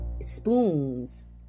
spoons